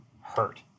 hurt